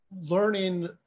learning